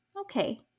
Okay